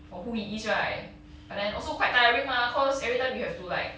for who he is right but then also quite tiring mah cause every time you have to like